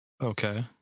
okay